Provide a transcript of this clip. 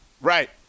Right